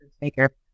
maker